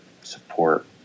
support